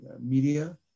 media